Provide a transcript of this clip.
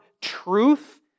truth